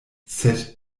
sed